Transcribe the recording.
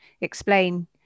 explain